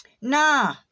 nah